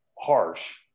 harsh